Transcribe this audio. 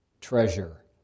treasure